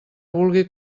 vulgui